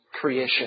creation